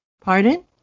Pardon